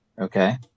Okay